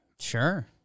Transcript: Sure